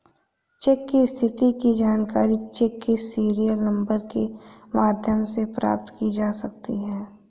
check की स्थिति की जानकारी चेक के सीरियल नंबर के माध्यम से प्राप्त की जा सकती है